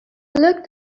looked